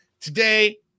Today